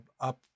up